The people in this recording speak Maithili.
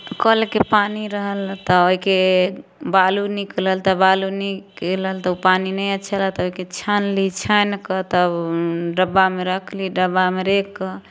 कलके पानी रहल तऽ ओहिके बालू निकलल तऽ बालू निकलल तऽ ओ पानी नहि अच्छा लागल तऽ ओहिके छानली छानिकऽ तब डब्बामे रखली डब्बामे राखिकऽ